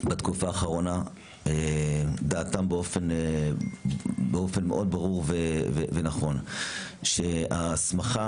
דעתם באופן מאוד ברור ונכון שההסמכה